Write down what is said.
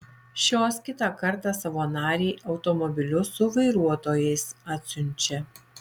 šios kitą kartą savo narei automobilius su vairuotojais atsiunčia